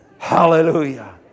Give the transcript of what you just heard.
Hallelujah